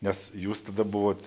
nes jūs tada buvot